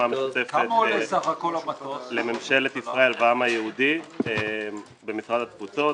המשותפת לממשלת ישראל והעם היהודי במשרד התפוצות.